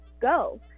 go